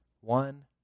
one